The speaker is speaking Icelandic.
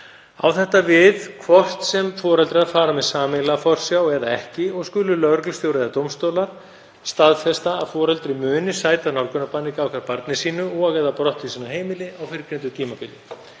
Á þetta við hvort sem foreldrar fara með sameiginlega forsjá eða ekki og skulu lögreglustjóri eða dómstólar staðfesta að foreldri muni sæta nálgunarbanni gagnvart barni sínu og/eða brottvísun af heimili á fyrrgreindu tímabili.